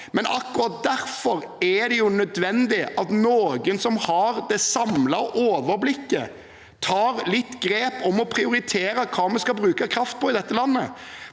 men akkurat derfor er det nødvendig at noen som har det samlede overblikket, tar litt grep om å prioritere hva vi skal bruke kraft på i dette landet.